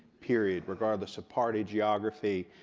period, regardless of party geography,